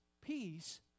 peace